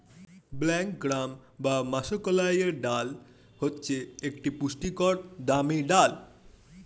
black gram বা মাষকলাইয়ের ডাল হচ্ছে একটি পুষ্টিকর দামি ডাল